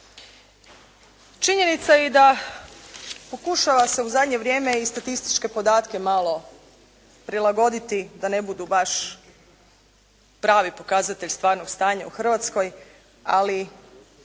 Činjenica je i da pokušava se u zadnje vrijeme i statističke podatke malo prilagoditi da ne budu baš pravi pokazatelj stvarnog stanja u Hrvatskoj, ali